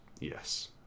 Yes